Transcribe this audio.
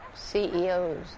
CEOs